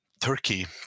turkey